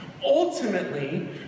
Ultimately